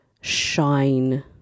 shine